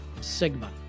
Sigma